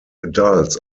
adults